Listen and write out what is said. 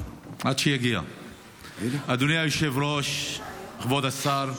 אדוני היושב-ראש, כבוד השר,